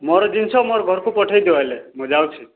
ମୋର ଜିନିଷ ମୋର ଘରକୁ ପଠାଇ ଦିଅ ହେଲେ ମୁଁ ଯାଉଛି